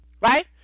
right